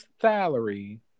salary